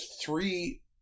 three